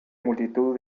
multitud